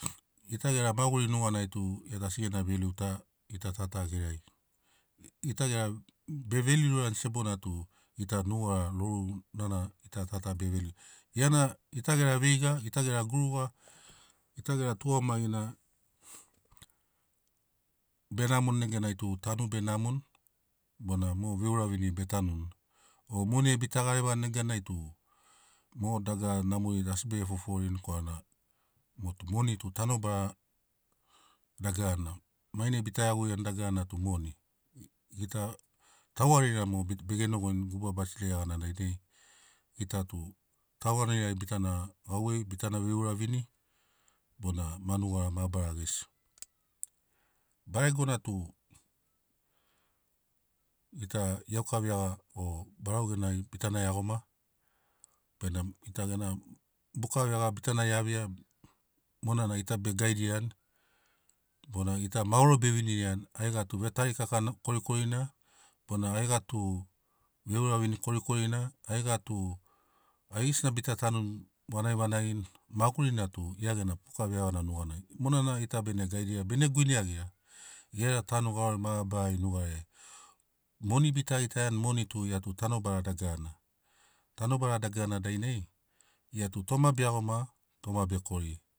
Gita gera maguri nuganai tu gia asi gena veli ta gita ta ta gerai. Gita gera be veliurani sebona tu gita nugara loruna na gita ta ta be veliurini. Gia na gita gera veiga gita gera guruga gita gera tugamagi na be namoni neganai tanu be namoni benamo mo veura vini be tanuni o moniai bita garevani neganai tu mo dagara namori asi bege foforini korana moni tu tanobara dagarana mai nai bita iaguani dagarana tu moni gita tauganira mo begenogoini guba basileia gana dainai gita tu tauganirai bitana gauvei bitana veuravini bona ma nugara mabarana gesi baregoa tu gita iauka veaga o barau genai bitana iagoma benamo gita gera buka veaga bitana iavia mona na gita be gaidirani bona gita maoro be vinirani aiga tu vetari kaka korikorina bona aiga tu veuravini korikorina aiga tu aigesina bita tanuni vanagi vanagi magurina tu gia gena buka veagana nuganai mona na gita bene gaidira bene guineiagira gera tanu garori mabarari nugariai. Moni bita gitaiani moni tu gia tu tanobara dagarana tanobara dagarana toma be iagoma toma be kori.